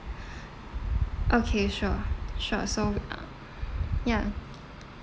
okay sure sure so uh ya